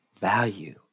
value